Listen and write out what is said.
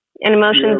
emotions